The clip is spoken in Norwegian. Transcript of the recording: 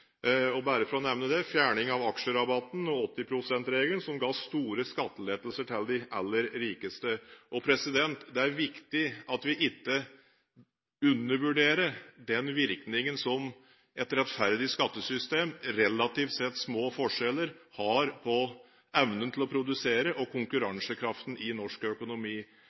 – bare for å nevne det – fjernet aksjerabatten og 80 pst.-regelen, som ga store skattelettelser til de aller rikeste. Det er viktig at vi ikke undervurderer den virkningen som et rettferdig skattesystem, relativt sett små forskjeller, har på evnen til å produsere og konkurransekraften i norsk økonomi,